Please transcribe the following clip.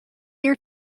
year